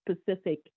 specific